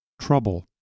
trouble